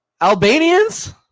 Albanians